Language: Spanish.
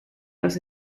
los